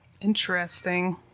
Interesting